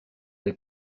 des